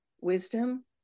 wisdom